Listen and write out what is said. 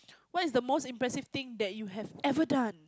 what is the most impressive thing that you have ever done